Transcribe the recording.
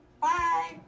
Bye